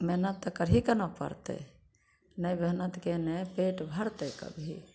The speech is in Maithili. मेहनत तऽ कर ही के ने पड़तै बिना मेहनत कयने पेट भरतै कभी